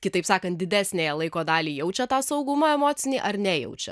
kitaip sakant didesniąją laiko dalį jaučia tą saugumą emocinį ar nejaučiau